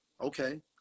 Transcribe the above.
okay